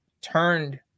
turned